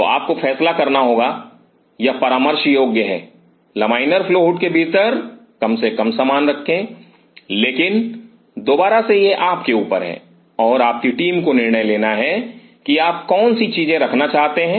तो आपको फैसला करना होगा यह परामर्श योग्य है कि लमाइनर फ्लो हुड के भीतर कम से कम सामान रखें लेकिन दोबारा से यह आपके ऊपर है और आपकी टीम को निर्णय लेना है कि आप कौन सी चीजें रखना चाहते हैं